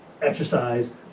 exercise